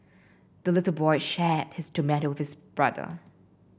the little boy shared his tomato with brother